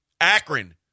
Akron